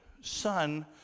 son